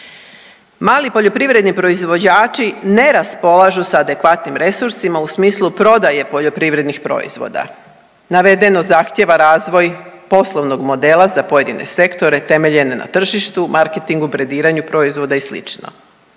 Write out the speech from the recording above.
Mali poljoprivredni proizvođači ne raspolažu sa adekvatnim resursima u smislu prodaje poljoprivrednih proizvoda. Navedeno zahtijeva razvoj poslovnog modela za pojedine sektore temeljene na tržištu, marketingu, brendiranju proizvoda i